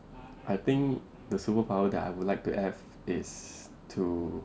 I think the superpower that I would like to have is to